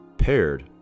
paired